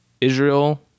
Israel